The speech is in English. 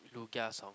Lugia's Song